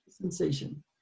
sensation